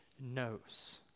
knows